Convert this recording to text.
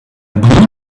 blue